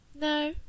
No